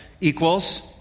equals